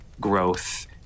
growth